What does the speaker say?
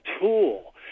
tool